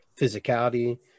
physicality